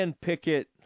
Pickett